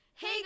Hey